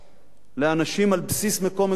לאנשים על בסיס מקום מגוריהם,